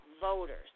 voters